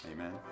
Amen